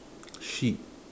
sheep